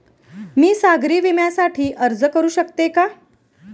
मी सागरी विम्यासाठी अर्ज करू शकते का?